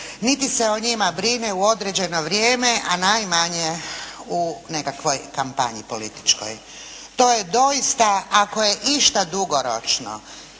niti se o njima brine u određeno vrijeme, a najmanje u nekakvoj kampanji političkoj. To je doista, ako je išta dugoročno